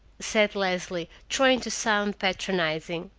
said leslie, trying to sound patronizing.